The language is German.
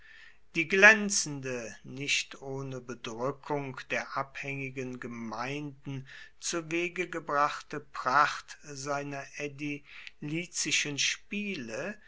die glänzende nicht ohne bedrückung der abhängigen gemeinden zuwege gebrachte pracht seiner ädilizischen spiele